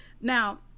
Now